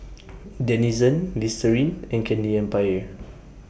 Denizen Listerine and Candy Empire